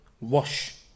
wash